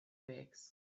bags